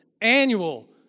annual